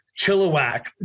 Chilliwack